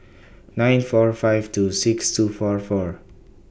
nine four five two six two four four